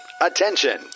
attention